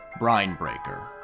Brinebreaker